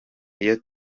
iyo